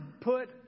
put